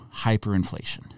hyperinflation